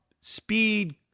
speed